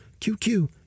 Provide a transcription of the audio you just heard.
QQ